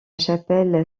chapelle